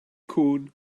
cŵn